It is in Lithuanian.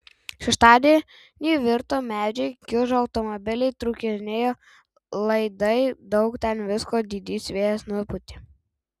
šeštadienį virto medžiai kiužo automobiliai trūkinėjo laidai daug ten visko didysis vėjas nupūtė